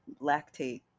lactate